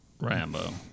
Rambo